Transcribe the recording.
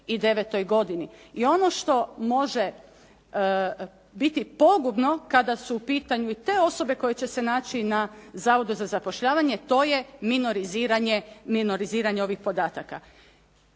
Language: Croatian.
I ono što može biti pogubno kada su u pitanju i te osobe koje će se naći na Zavodu za zapošljavanje, to je minoriziranje ovih podataka.